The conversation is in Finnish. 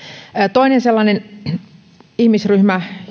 toinen sellainen ihmisryhmä